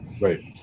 Right